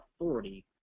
authority